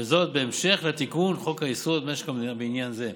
וזאת בהמשך לתיקון חוק-יסוד: משק המדינה בעניין זה.